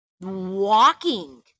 Walking